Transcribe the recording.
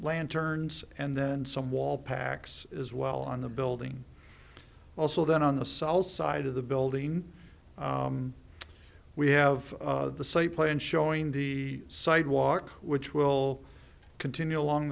lanterns and then some wall packs as well on the building also then on the south side of the building we have the say plane showing the sidewalk which will continue along